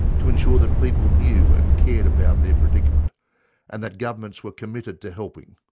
to ensure that people knew and cared about their predicament and that governments were committed to helping